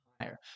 higher